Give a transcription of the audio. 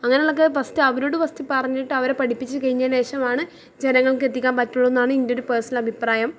അങ്ങനെ ഉള്ള ഒക്കെ ഫസ്റ്റ് അവരോട് ഫസ്റ്റ് പറഞ്ഞിട്ട് അവരെ പഠിപ്പിച്ചു കഴിഞ്ഞതിന് ശേഷമാണ് ജനങ്ങൾക്കെത്തിക്കാൻ പറ്റുകയുള്ളു എന്നാണ് എൻ്റെ ഒരു അഭിപ്രായം പേഴ്സണൽ അഭിപ്രായം